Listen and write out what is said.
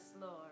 Lord